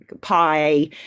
pie